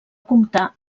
comptar